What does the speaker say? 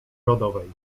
rodowej